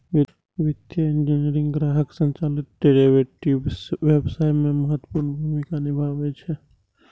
वित्तीय इंजीनियरिंग ग्राहक संचालित डेरेवेटिव्स व्यवसाय मे महत्वपूर्ण भूमिका निभाबै छै